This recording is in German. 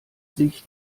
sich